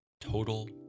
total